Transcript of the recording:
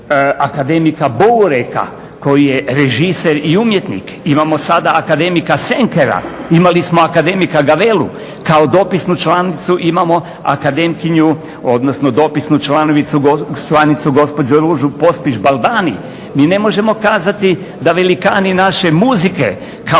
akademika Boureka koji je režiser i umjetnik, imamo sada akademika Senkera, imali smo akademika Gavelu kao dopisnu članicu imamo akademkinju odnosno dopisnu članicu gospođu Ružu Pospiš Baldani. Mi ne možemo kazati da velikani naše muzike kao